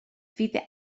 fydd